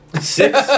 Six